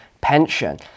pension